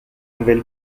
nouvelle